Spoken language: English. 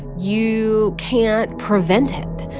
you can't prevent it.